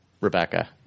Rebecca